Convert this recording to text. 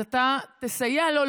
אתה תסייע לו,